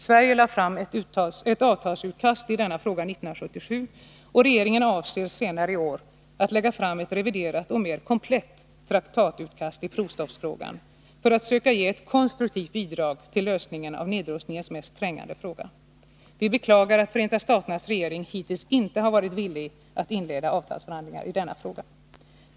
Sverige lade fram ett avtalsutkast i denna fråga 1977. Regeringen avser senare i år lägga fram ett reviderat och mer komplett traktatutkast i provstoppsfrågan för att söka ge ett konstruktivt bidrag till lösningen av nedrustningens mest trängande fråga. Vi beklagar att Förenta staternas regering hittills inte har varit villig att inleda avtalsförhandlingar i denna fråga.